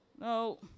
No